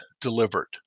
delivered